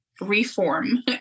reform